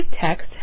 text